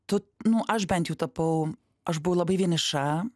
tu nu aš bent jau tapau aš buvau labai vieniša